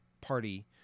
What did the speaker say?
Party